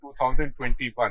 2021